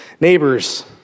neighbors